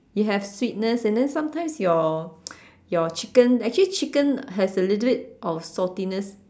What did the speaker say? you have sweetness and then sometimes your your chicken actually chicken has a little bit of saltiness